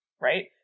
right